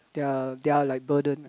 they are they are like burden